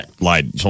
lied